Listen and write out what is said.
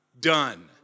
done